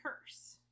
curse